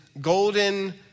golden